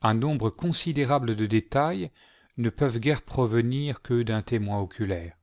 un nombre considérable de détails ne peuvent guère provenir que d'un témoin oculaire